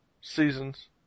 seasons